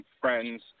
friends